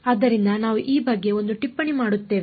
ಆದ್ದರಿಂದ ನಾವು ಈ ಬಗ್ಗೆ ಒಂದು ಟಿಪ್ಪಣಿ ಮಾಡುತ್ತೇವೆ